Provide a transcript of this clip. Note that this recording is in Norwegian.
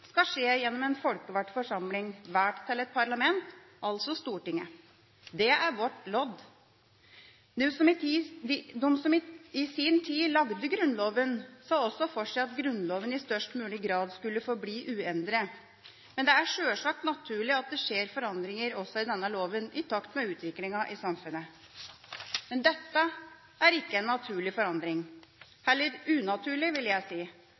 skal skje gjennom en folkevalgt forsamling valgt til et parlament, altså Stortinget. Det er vår lodd. De som i sin tid lagde Grunnloven, så også for seg at Grunnloven i størst mulig grad skulle forbli uendret, men det er sjølsagt naturlig at det skjer forandringer også i denne loven i takt med utviklingen i samfunnet. Men dette er ikke en naturlig forandring, heller unaturlig vil jeg si,